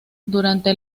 durante